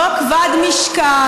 הוא חוק כבד משקל,